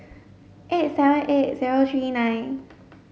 eight seven eight zero three nine